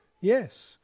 Yes